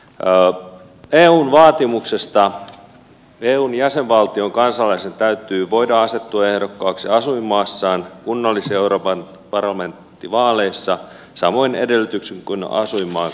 eun vaatimuksesta eun jäsenvaltion kansalaisen täytyy voida asettua ehdokkaaksi asuinmaassaan kunnallis ja euroopan parlamenttivaaleissa samoin edellytyksin kuin asuinmaan kansalaisen